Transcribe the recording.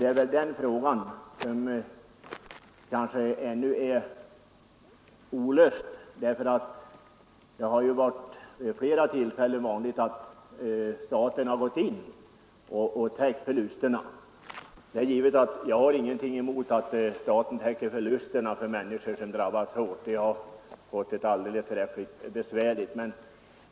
Det är väl den frågan som ännu är olöst. Det har ju vid flera tillfällen hänt att staten har gått in och täckt förlusterna. Det är givet, att jag inte har någonting emot att staten täcker förlusterna för människor som drabbas hårt eller har fått det besvärligt när ingen annan ersätter.